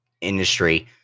industry